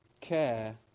care